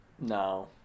No